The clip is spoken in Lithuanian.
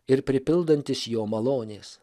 ir pripildantis jo malonės